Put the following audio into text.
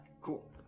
Cool